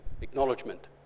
acknowledgement